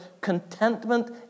contentment